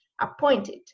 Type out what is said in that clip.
appointed